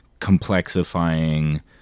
complexifying